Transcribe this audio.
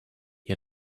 had